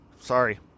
sorry